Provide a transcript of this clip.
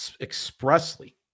expressly